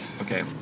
Okay